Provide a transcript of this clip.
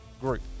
group